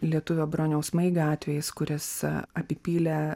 lietuvio broniaus maigio atvejis kuris apipylė